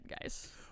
guys